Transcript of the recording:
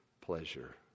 pleasure